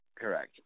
correct